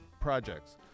projects